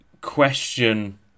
question